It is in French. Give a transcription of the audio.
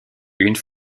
une